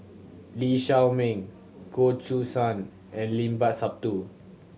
Lee Shao Meng Goh Choo San and Limat Sabtu